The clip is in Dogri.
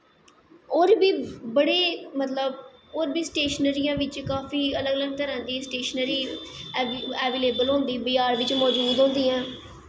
होर बी बड़े मतलव होर बी स्टेशनरियां बिच्च अलग अलग तरां दी काफी ऐवेलेवल होंदी बैज़ार बी मज़ूद होंदियां